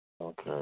okay